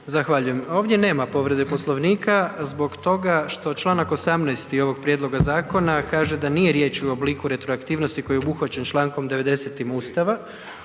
zahvaljujem. Ovdje nema povrede Poslovnika zbog toga što članak 18. ovog prijedloga zakona kaže da nije riječi u obliku retroaktivnosti koji je obuhvaćen Člankom 90. Ustava,